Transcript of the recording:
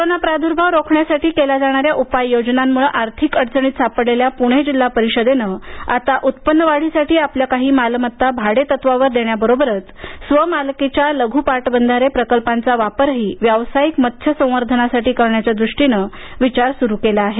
corona प्रादुभाव रोखण्यासाठी केल्या जाणाऱ्या उपाय योजनांमुळं आर्थिक अडचणीत सापडलेल्या पुणे जिल्हा परिषदेनं आता उत्पन्न वाढीसाठी आपल्या काही मालमत्ता भाडेतत्वावर देण्याबरोबरच स्वमालकीच्या लघु पाटबंधारे प्रकल्पांचा वापरही व्यावसायिक मत्स्य संवर्धनासाठी करण्याच्या द्रष्टीनं विचार सुरू केला आहे